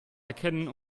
erkennen